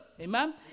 Amen